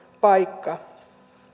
paikka